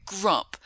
grump